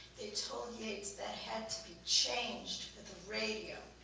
they told yeats that had to be changed for the radio.